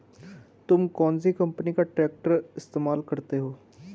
तुम कौनसी कंपनी का ट्रैक्टर इस्तेमाल करते हो?